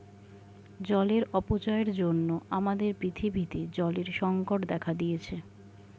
জলের অপচয়ের জন্য আমাদের পৃথিবীতে জলের সংকট দেখা দিয়েছে